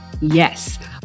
Yes